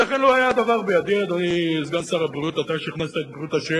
בואו נכין איזה מלחמה קטנה כדי שתוחלת החיים לא תהיה כל כך ארוכה.